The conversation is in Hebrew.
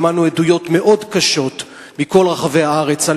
שמענו עדויות מאוד קשות מכל רחבי הארץ על